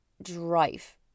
drive